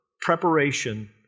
preparation